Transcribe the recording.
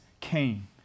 came